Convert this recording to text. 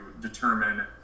determine